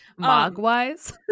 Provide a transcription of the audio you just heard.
mogwise